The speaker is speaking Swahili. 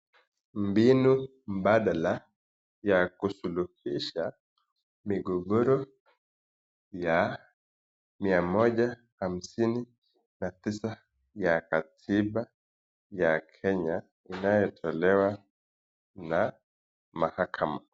Mbinu mbadala ya kusuluhisha migogoro ya mia moja na hamsini na tisa ya katiba ya Kenya, inayotolewa na mahakama.